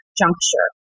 juncture